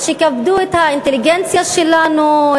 אז שיכבדו את האינטליגנציה שלנו,